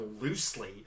loosely